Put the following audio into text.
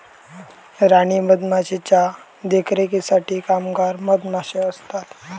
राणी मधमाशीच्या देखरेखीसाठी कामगार मधमाशे असतत